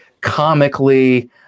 comically